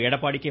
Edappadi K